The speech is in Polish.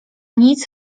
nic